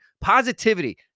positivity